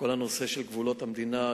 כל הנושא של גבולות המדינה.